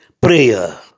prayer